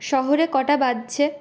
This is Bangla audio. শহরে কটা বাজছে